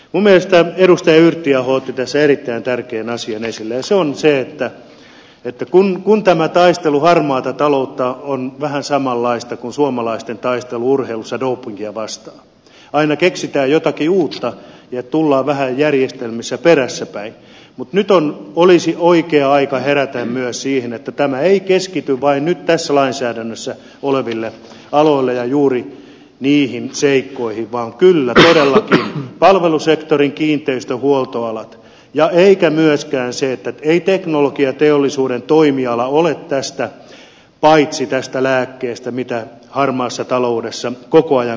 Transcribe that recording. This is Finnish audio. minun mielestä edustaja yrttiaho otti tässä erittäin tärkeän asian esille ja se on se että kun tämä taistelu harmaata taloutta vastaan on vähän samanlaista kuin suomalaisten taistelu urheilussa dopingia vastaan aina keksitään jotakin uutta ja tullaan vähän järjestelmissä perässäpäin mutta nyt olisi oikea aika herätä myös siihen että tämä ei keskity vain nyt tässä lainsäädännössä oleville aloille ja juuri niihin seikkoihin vaan kyllä todellakin palvelusektorille kiinteistöhuoltoalalle eikä myöskään teknologiateollisuuden toimiala ole paitsi tästä lääkkeestä mitä harmaassa taloudessa koko ajan koetaan